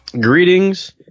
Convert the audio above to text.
greetings